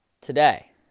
today